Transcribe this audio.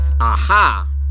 Aha